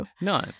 no